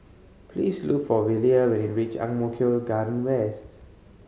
please look for Velia when you reach Ang Mo Kio Garden West